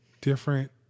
different